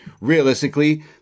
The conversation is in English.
realistically